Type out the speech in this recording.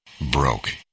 broke